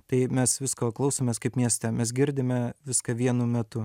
tai mes visko klausomės kaip mieste mes girdime viską vienu metu